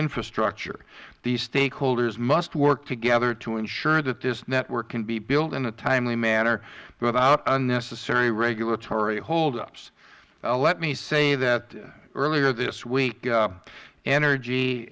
infrastructure these stakeholders must work together to ensure that this network can be built in a timely manner without unnecessary regulatory hold ups now let me say that earlier this week energy